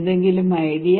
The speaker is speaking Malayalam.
എന്തെങ്കിലും ഐഡിയ